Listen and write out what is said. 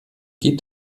geht